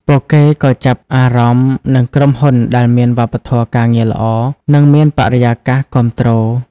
ពួកគេក៏ចាប់អារម្មណ៍នឹងក្រុមហ៊ុនដែលមានវប្បធម៌ការងារល្អ និងមានបរិយាកាសគាំទ្រ។